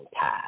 time